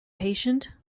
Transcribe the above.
patient